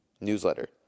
newsletter